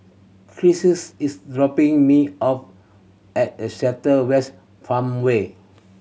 Crissie is dropping me off at the Seletar West Farmway